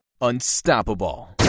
unstoppable